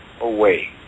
away